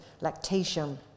lactation